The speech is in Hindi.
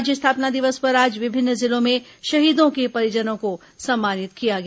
राज्य स्थापना दिवस पर आज विभिन्न जिलों में शहीदों के परिजनों को सम्मानित किया गया